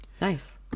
Nice